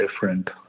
different